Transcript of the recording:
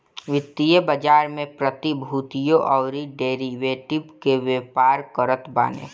वित्तीय बाजार में प्रतिभूतियों अउरी डेरिवेटिव कअ व्यापार करत बाने